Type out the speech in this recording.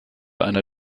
einer